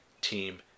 Team